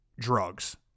drugs